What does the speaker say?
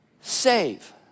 save